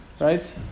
Right